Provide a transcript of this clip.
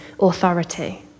authority